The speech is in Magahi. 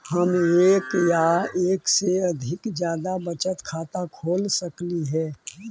हम एक या एक से जादा बचत खाता खोल सकली हे?